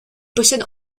possède